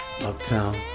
uptown